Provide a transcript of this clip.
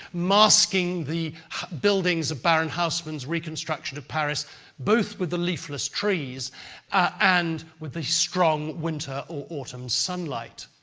masking the buildings of baron haussmann's reconstruction of paris both with the leafless trees and with a strong winter or autumn sunlight.